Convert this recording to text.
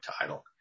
title